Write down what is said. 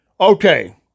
Okay